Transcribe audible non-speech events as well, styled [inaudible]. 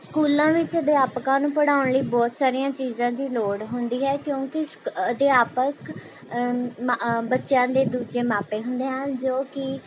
ਸਕੂਲਾਂ ਵਿੱਚ ਅਧਿਆਪਕਾਂ ਨੂੰ ਪੜ੍ਹਾਉਣ ਲਈ ਬਹੁਤ ਸਾਰੀਆਂ ਚੀਜ਼ਾਂ ਦੀ ਲੋੜ ਹੁੰਦੀ ਹੈ ਕਿਉਂਕਿ [unintelligible] ਅਧਿਆਪਕ ਮਾਂ ਬੱਚਿਆਂ ਦੇ ਦੂਜੇ ਮਾਪੇ ਹੁੰਦੇ ਹਨ ਜੋ ਕਿ